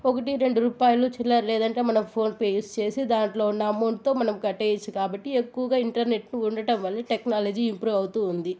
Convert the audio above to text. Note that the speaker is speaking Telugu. ఒకటి రెండు రూపాయలు చిల్లర లేదంటే మనం ఫోన్ పే యూజ్ చేసి దాంట్లో ఉన్న అమౌంట్తో మనం కట్టేయచ్చు కాబట్టి ఎక్కువగా ఇంటర్నెట్ను ఉండటం వల్ల టెక్నాలజీ ఇంప్రూవ్ అవుతూ ఉంది